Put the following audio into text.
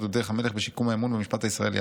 היא דרך המלך בשיקום האמון במשפט הישראלי.